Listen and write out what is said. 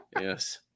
Yes